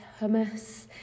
hummus